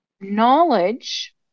knowledge